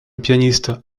pianiste